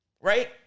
right